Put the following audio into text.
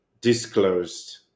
disclosed